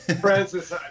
Francis